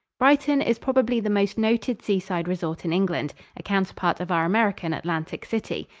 brighton is probably the most noted seaside resort in england a counterpart of our american atlantic city.